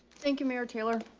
thank you. mary taylor.